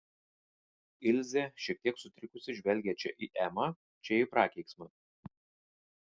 ilzė šiek tiek sutrikusi žvelgė čia į emą čia į prakeiksmą